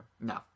No